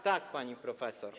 Tak, pani profesor.